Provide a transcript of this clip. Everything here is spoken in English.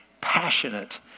Passionate